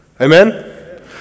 Amen